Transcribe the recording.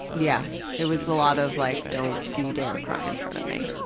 yeah, it was a lot of like, don't you dare cry in front of me.